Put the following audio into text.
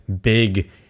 big